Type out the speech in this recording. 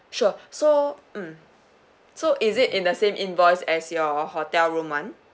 sure so um so is it in the same invoice as your hotel room [one]